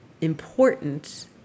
important